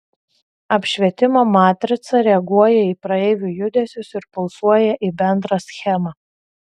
apšvietimo matrica reaguoja į praeivių judesius ir pulsuoja į bendrą schemą